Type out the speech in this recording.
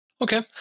Okay